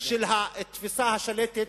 של התפיסה השלטת,